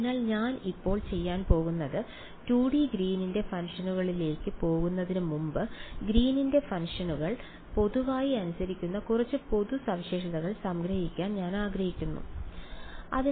അതിനാൽ ഞാൻ ഇപ്പോൾ ചെയ്യാൻ പോകുന്നത് 2 ഡി ഗ്രീനിന്റെ ഫംഗ്ഷനുകളിലേക്ക് Green's function പോകുന്നതിന് മുമ്പ് ഗ്രീനിന്റെ ഫംഗ്ഷനുകൾ Green's funciton പൊതുവായി അനുസരിക്കുന്ന കുറച്ച് പൊതു സവിശേഷതകൾ സംഗ്രഹിക്കാൻ ഞാൻ ആഗ്രഹിക്കുന്നു എന്നതാണ്